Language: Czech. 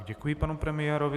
Děkuji panu premiérovi.